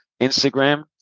Instagram